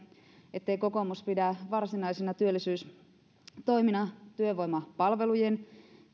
ettei kokoomus pidä varsinaisina työllisyystoimina työvoimapalvelujen